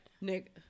Nick